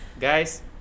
Guys